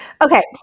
Okay